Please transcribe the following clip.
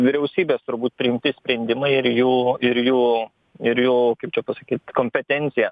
vyriausybės turbūt priimti sprendimai ir jų ir jų ir jų kaip čia pasakyt kompetencija